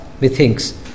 methinks